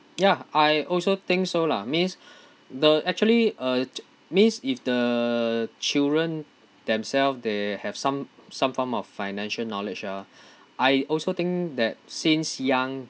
ya I also think so lah means the actually uh ch~ means if the children themselves they have some some form of financial knowledge ah I also think that since young